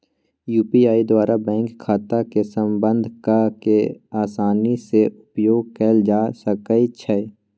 UPI द्वारा bank खता के संबद्ध कऽ के असानी से उपयोग कयल जा सकइ छै